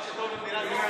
כן.